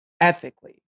ethically